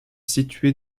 situé